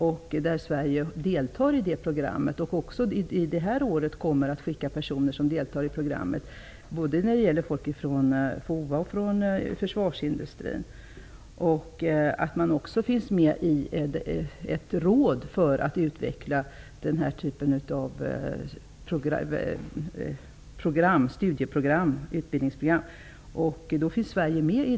Även i år kommer personer från Sverige -- både från FOA och försvarsindustrin -- att delta i det programmet. Sverige finns också med i ett råd för att utveckla denna typ av utbildningsprogram.